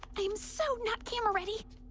i'm so not camera-ready